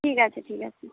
ঠিক আছে ঠিক আছে